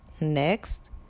Next